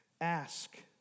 Ask